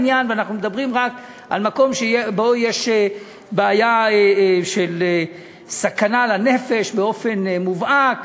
ואנחנו מדברים רק על מקום שיש בו סכנה לנפש באופן מובהק,